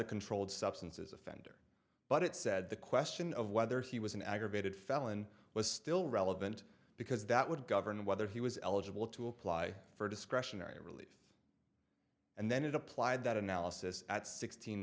a controlled substances but it said the question of whether he was an aggravated felon was still relevant because that would govern whether he was eligible to apply for discretionary relief and then it applied that analysis at sixteen